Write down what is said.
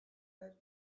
her